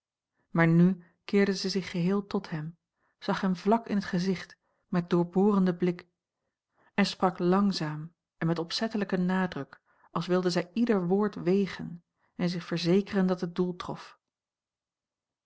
maar nu keerde zij zich geheel tot hem zag hem vlak in het gezicht met doorborenden blik en sprak langzaam en met opzettelijken nadruk als wilde zij ieder woord wegen en zich verzekeren dat het doel trof